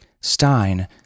Stein